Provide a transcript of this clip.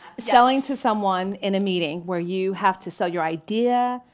selling to someone in a meeting where you have to sell your idea,